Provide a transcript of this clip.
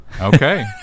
Okay